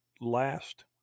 last